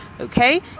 okay